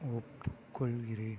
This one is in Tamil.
ஒப்புக்கொள்கிறேன்